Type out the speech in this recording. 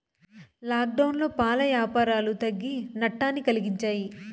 లాక్డౌన్లో పాల యాపారాలు తగ్గి నట్టాన్ని కలిగించాయి